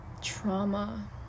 trauma